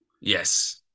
yes